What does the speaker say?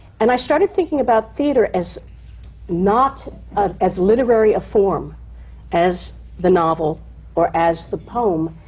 and i started thinking about theatre as not as literary a form as the novel or as the poem.